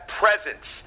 presence